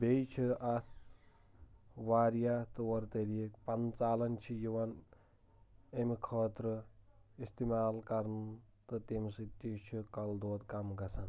بییہِ چُھ اَتھ واریاہ طور طٔریٖق پَن ژالَن چھِ یِوان امہِ خٲطرٕ اِستِمال کَرٕنۍ تہٕ تمہِ سۭتۍ تہِ چھُ کَل دود کَم گَژَھان